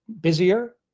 busier